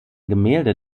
gemälde